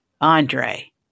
Andre